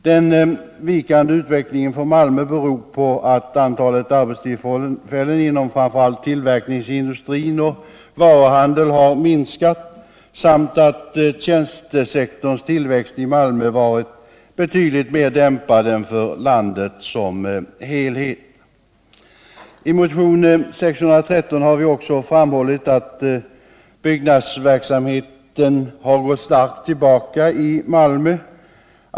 Den vikande utvecklingen för Malmö beror på att antalet arbetstillfällen inom framför allt tillverkningsindustri och varuhandel har minskat samt att tjänstesektorns tillväxt i Malmö varit betydligt mer dämpad än för landet som helhet. I motionen 613 har vi också framhållit att byggnadsverksamheten har gått starkt tillbaka i Malmö.